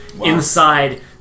inside